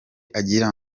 agira